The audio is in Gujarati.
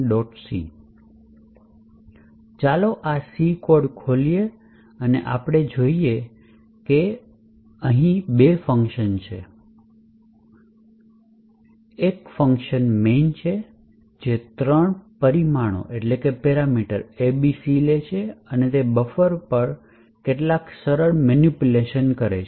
c ચાલો આ c કોડ ખોલીએ અને અને આપણે જે જોઈએ છીએ તે બે ફંકશન છે એક ફંકશન છે જે ત્રણ પરિમાણો a b અને c લે છે અને તે બફર પર કેટલાક સરળ મેનિપ્યુલેશન્સ કરે છે